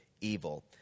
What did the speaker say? evil